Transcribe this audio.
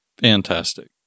Fantastic